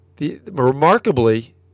Remarkably